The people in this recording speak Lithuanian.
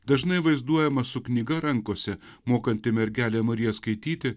dažnai vaizduojama su knyga rankose mokanti mergelę mariją skaityti